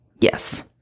Yes